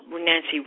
nancy